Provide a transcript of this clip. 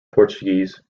portuguese